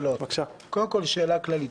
קודם כל, שאלה כללית.